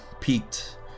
peaked